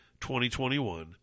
2021